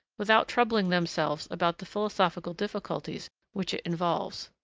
without troubling themselves about the philosophical difficulties which it involves.